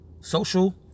social